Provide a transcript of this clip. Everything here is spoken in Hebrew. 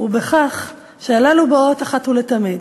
הוא בכך שהללו באות 'אחת ולתמיד',